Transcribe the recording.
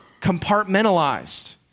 compartmentalized